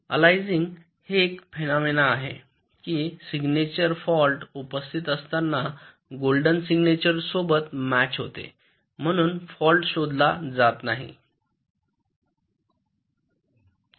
aliasing हे एक phenomena आहे कि सिग्नेचर फॉल्ट उपस्थित असताना गोल्डन सिग्नेचर सोबत मॅच होते म्हणून फॉल्ट शोधला जात नाही